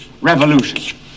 revolution